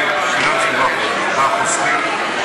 והחוסכים.